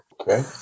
okay